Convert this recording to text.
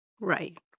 right